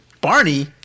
Barney